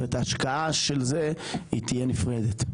זאת אומרת ההשקעה של זה היא תהיה נפרדת.